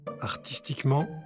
Artistiquement